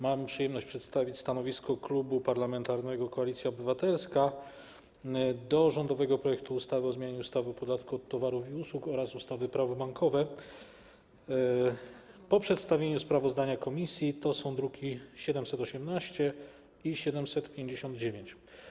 Mam przyjemność przedstawić stanowisko Klubu Parlamentarnego Koalicja Obywatelska wobec rządowego projektu ustawy o zmianie ustawy o podatku od towarów i usług oraz ustawy - Prawo bankowe po przedstawieniu sprawozdania komisji, druki nr 718 i 759.